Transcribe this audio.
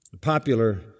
popular